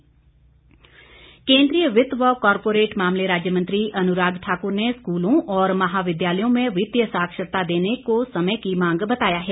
अन्राग ठाक्र केंद्रीय वित्त व कॉर्पोरेट मामले राज्य मंत्री अनुराग ठाक्र ने स्कूलों और महाविद्यालयों में वित्तीय साक्षरता देने को समय की मांग बताया है